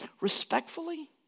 Respectfully